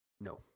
No